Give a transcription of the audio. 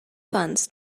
funds